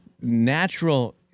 natural